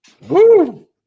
Woo